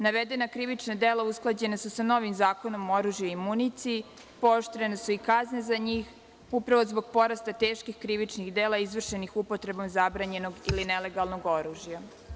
Navedena krivična dela usklađena su sa novim Zakonom o oružju i municiji, pooštrene su i kazne za njih, upravo zbog porasta teških krivičnih dela izvršenih upotrebom zabranjenog ili nelegalnog oružja.